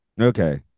Okay